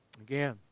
Again